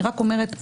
אני רק אומרת פה,